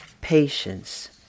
patience